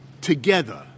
together